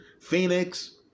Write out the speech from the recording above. Phoenix